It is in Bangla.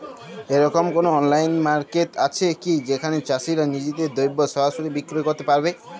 এরকম কোনো অনলাইন মার্কেট আছে কি যেখানে চাষীরা নিজেদের দ্রব্য সরাসরি বিক্রয় করতে পারবে?